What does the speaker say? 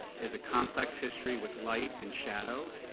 is a complex history with light and shadow,